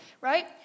right